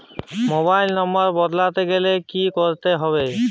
Mobile number বদলাতে গেলে কি করতে হবে?